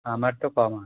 আমার তো কমার্স